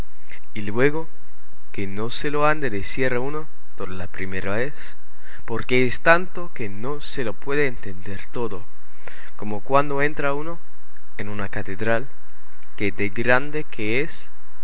y luego que no se lo han de decir a uno todo de la primera vez porque es tanto que no se lo puede entender todo como cuando entra uno en una catedral que de grande que es